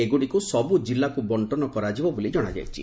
ଏଗୁଡ଼ିକୁ ସବୁ ଜିଲ୍ଲାକୁ ବକ୍କନ କରାଯିବ ବୋଲି ଜଣାଯାଇଛି